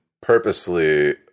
purposefully